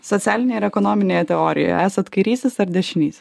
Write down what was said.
socialinėj ir ekonominėje teorijoje esat kairysis ar dešinys